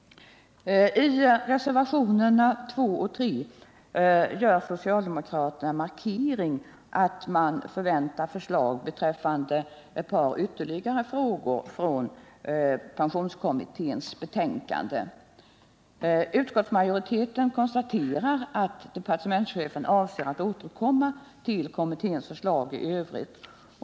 I reservationerna 2 och 3 gör socialdemokraterna en markering att de förväntar sig att förslag föreläggs riksdagen beträffande ytterligare ett par frågor som behandlats av pensionskommittén. Utskottsmajoriteten konstaterar att departementschefen avser att återkomma till kommitténs förslag i övrigt.